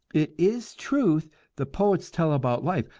it is truth the poets tell about life,